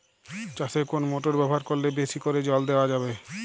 চাষে কোন মোটর ব্যবহার করলে বেশী করে জল দেওয়া যাবে?